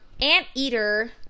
anteater